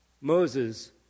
Moses